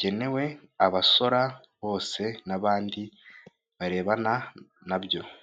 cyangwa biba byugarije igihugu, biterwa n'ingingo nyamukuru ihari.